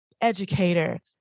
educator